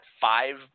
five